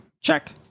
check